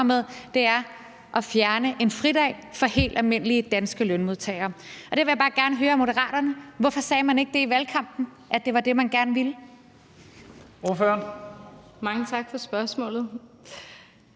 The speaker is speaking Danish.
med, er at fjerne en fridag for helt almindelige danske lønmodtagere. Og der vil jeg bare gerne høre Moderaterne: Hvorfor sagde man ikke i valgkampen, at det var det, man gerne ville? Kl. 11:20 Første